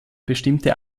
bestimmte